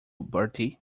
bertie